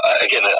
again